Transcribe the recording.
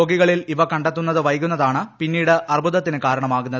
രോഗികളിൽ ഇവ കണ്ടെത്തുന്നത് വൈകുന്നതാണ് പിന്നീട് അർബുദത്തിന് കാരണമാകുന്നത്